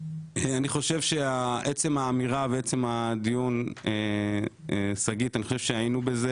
אני חושב שעצם האמירה ועצם הדיון היינו בזה.